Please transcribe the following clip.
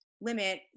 limit